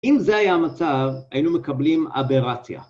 ‫אם זה היה המצב, ‫היינו מקבלים אבירציה.